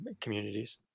communities